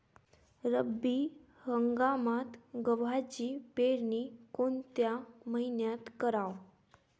रब्बी हंगामात गव्हाची पेरनी कोनत्या मईन्यात कराव?